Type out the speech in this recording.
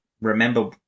remember